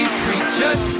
preachers